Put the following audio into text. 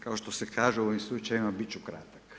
Kao što se kaže u ovim slučajevima, biti ću kratak.